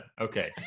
Okay